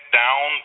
down